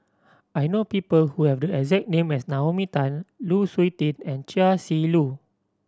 I know people who have the exact name as Naomi Tan Lu Suitin and Chia Shi Lu